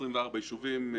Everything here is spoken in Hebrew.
24 יישובים.